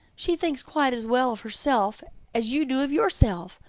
she thinks quite as well of herself as you do of yourself,